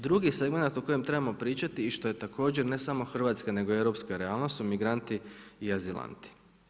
Drugi segmenat o kojem trebamo pričati i što je također ne samo hrvatska nego i europska realnost su migranti i azilanti.